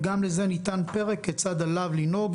וגם לזה ניתן פרק כיצד עליו לנהוג,